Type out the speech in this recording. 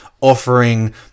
offering